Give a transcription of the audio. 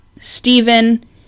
Stephen